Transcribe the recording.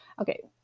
Okay